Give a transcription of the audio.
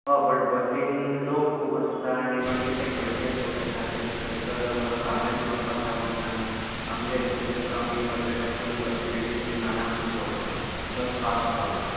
but बसीन लोक खूब आसता आनी मागीर ते खंयचेय लोक येतात तेंस थंयसर सामेन दवरपाक जागो मेळाना आमच्या हेतून तुमकां आमी सगलें फूल फसिलिटीज दिवन आराम सेर व्हरता प्लस फास पावयता